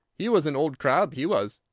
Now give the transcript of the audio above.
he was an old crab, he was.